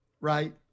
Right